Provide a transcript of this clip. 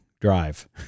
drive